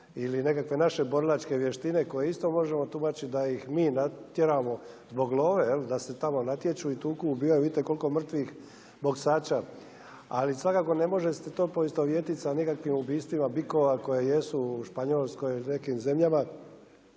ili nekakve naše borilačke vještine koje isto možemo tumačiti da ih mi tjeramo zbog love, jel, da se tamo natječu, i tuku, ubijaju, vidite koliko mrtvih boksača. Ali svakako ne može se to poistovjetiti sa nekakvim ubistvima bikova, koje jesu u Španjolskoj i nekim zemljama